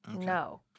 No